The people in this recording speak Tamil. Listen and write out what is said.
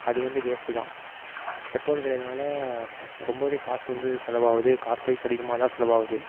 அது வந்து வேஸ்ட்டு தான் பெட்ரோல் விலைனாலே ரொம்பவே காசு வந்து செலவாகுது காஸ்ட்வைஸ் அதிகமாக தான் செலவாகுது